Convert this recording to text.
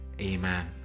Amen